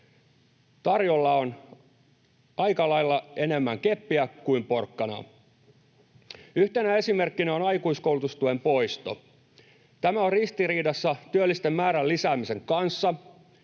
Tarjolla on aika lailla enemmän keppiä kuin porkkanaa. Yhtenä esimerkkinä on aikuiskoulutustuen poisto. Tämä on ristiriidassa työllisten määrän lisäämisen kanssa.